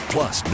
Plus